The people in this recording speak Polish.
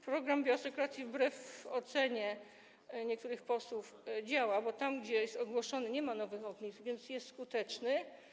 Program bioasekuracji wbrew ocenie niektórych posłów działa, bo tam, gdzie jest ogłoszony, nie ma nowych ognisk, więc jest skuteczny.